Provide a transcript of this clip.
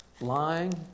Lying